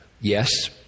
yes